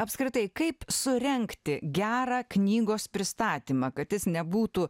apskritai kaip surengti gerą knygos pristatymą kad jis nebūtų